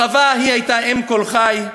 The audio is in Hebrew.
חוה הייתה אם כל חי,